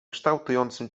kształtującym